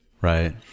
Right